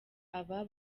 aba